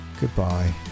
Goodbye